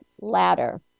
ladder